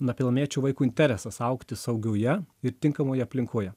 nepilnamečio vaiko interesas augti saugioje ir tinkamoje aplinkoje